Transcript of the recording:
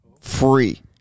Free